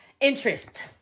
Interest